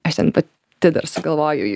aš ten pati dar sugalvoju jų